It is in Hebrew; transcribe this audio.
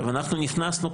אנחנו נכנסנו,